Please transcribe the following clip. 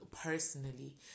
personally